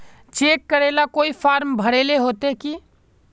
Cheque करेला कोई फारम भरेले होते की?